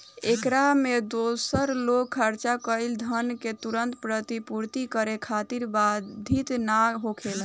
एकरा में दूसर लोग खर्चा कईल धन के तुरंत प्रतिपूर्ति करे खातिर बाधित ना होखेला